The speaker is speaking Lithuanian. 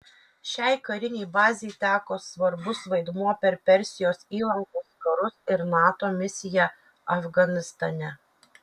šiai karinei bazei teko svarbus vaidmuo per persijos įlankos karus ir nato misiją afganistane